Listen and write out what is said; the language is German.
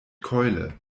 keule